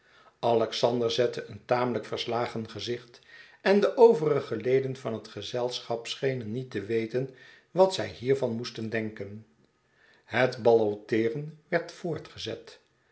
alexander zette een tamelijk verslagen gezicht en de overige leden van het gezelschap schenen niet te weten wat zij hiervan moesten denken het balloteeren werd voortgezet